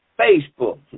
Facebook